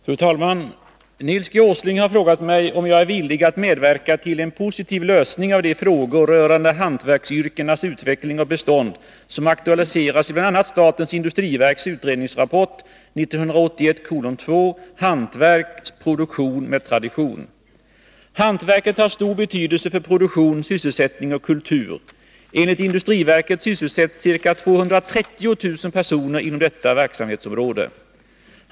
Fru talman! Nils Åsling har frågat mig om jag är villig att medverka till en positiv lösning av de frågor rörande hantverksyrkenas utveckling och bestånd som aktualiseras i bl.a. statens industriverks utredningsrapport Hantverk — produktion med tradition. Hantverket har stor betydelse för produktion, sysselsättning och kultur. Enligt industriverket sysselsätts ca 230 000 personer inom detta verksamhetsområde.